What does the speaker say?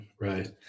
right